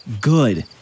Good